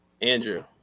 Andrew